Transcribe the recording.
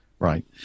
Right